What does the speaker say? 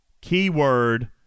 Keyword